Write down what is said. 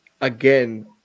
again